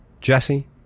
Jesse